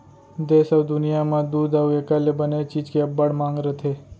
देस अउ दुनियॉं म दूद अउ एकर ले बने चीज के अब्बड़ मांग रथे